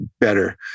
better